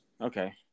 Okay